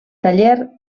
taller